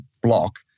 block